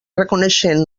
reconeixent